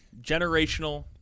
generational